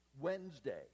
Wednesday